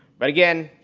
but again,